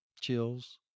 chills